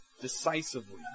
decisively